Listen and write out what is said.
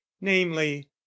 namely